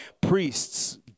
priests